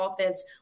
offense